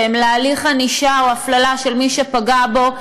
להליך ענישה או הפללה של מי שפגע בו,